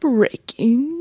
Breaking